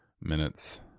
minutes